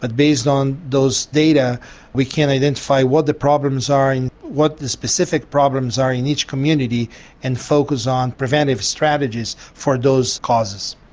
but based on those data we can identify what the problems are and what the specific problems are in each community and focus on preventive strategies for those causes.